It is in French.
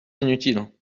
inutile